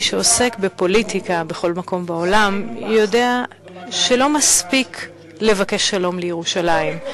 מי שעוסק בפוליטיקה בכל מקום בעולם יודע שלא מספיק לבקש שלום לירושלים,